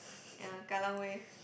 ya kallang Wave